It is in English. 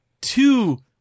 two